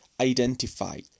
identify